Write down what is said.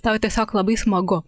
tau tiesiog labai smagu